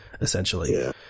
essentially